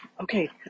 Okay